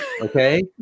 okay